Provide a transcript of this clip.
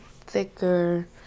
thicker